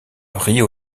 río